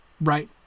right